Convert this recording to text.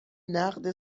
نقد